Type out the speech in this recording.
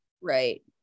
right